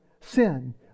sin